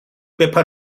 بپر